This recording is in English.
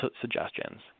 suggestions